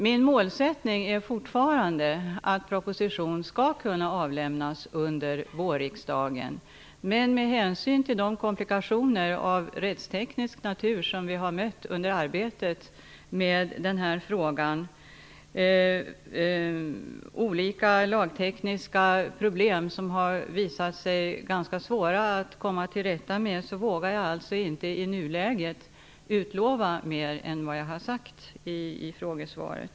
Min målsättning är fortfarande att en proposition skall kunna avlämnas under vårriksdagen. Men med hänsyn till de komplikationer av rättsteknisk natur som vi har mött under arbetet med frågan -- olika lagtekniska problem som har visat sig ganska svåra att komma till rätta med -- vågar jag alltså i nuläget inte utlova mer än vad jag har sagt i frågesvaret.